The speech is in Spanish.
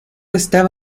estaba